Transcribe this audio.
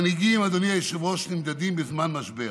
מנהיגים, אדוני היושב-ראש, נמדדים בזמן משבר,